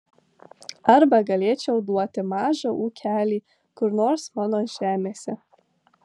arba galėčiau duoti mažą ūkelį kur nors mano žemėse